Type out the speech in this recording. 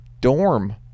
dorm